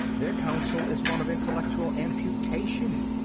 their counsel is one of intellectual amputation.